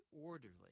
orderly